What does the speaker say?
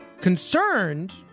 Concerned